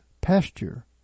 pasture